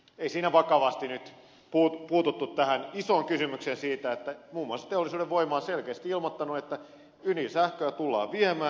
ei siinä vakavasti nyt puututtu tähän isoon kysymykseen siitä että muun muassa teollisuuden voima on selkeästi ilmoittanut että ydinsähköä tullaan viemään